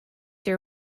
your